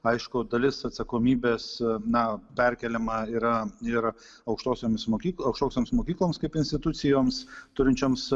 aišku dalis atsakomybės na perkeliama yra ir aukštosioms mokykloms aukštosioms mokykloms kaip institucijoms turinčioms